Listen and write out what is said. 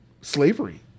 slavery